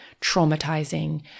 traumatizing